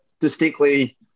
distinctly